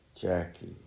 Jackie